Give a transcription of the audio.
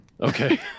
Okay